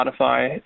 Spotify